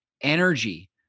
energy